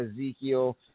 Ezekiel